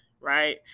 right